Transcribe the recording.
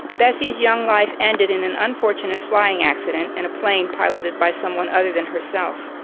bessie's young life ended in an unfortunate flying accident in a plane piloted by someone other than herself.